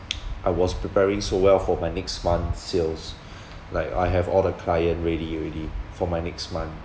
I was preparing so well for my next month sales like I have all the client ready already for my next month